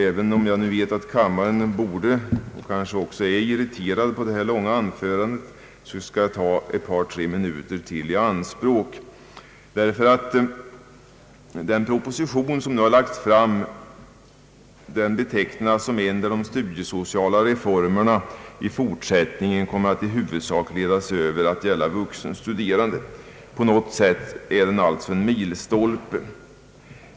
Även om jag förstår att kammaren kanske är irriterad över det långa anförande jag här hållit, måste jag härutöver ta ytterligare ett par tre minuter i anspråk. I den proposition som nu har lagts fram betonas att de studiesociala reformerna i fortsättningen huvudsakligen kommer att ledas över till att gälla vuxenstuderande. På något sätt är propositionen alltså en milstolpe.